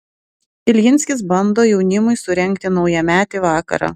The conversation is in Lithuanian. iljinskis bando jaunimui surengti naujametį vakarą